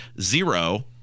zero